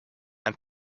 and